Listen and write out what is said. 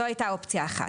זו הייתה אופציה אחת.